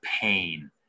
pain